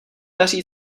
daří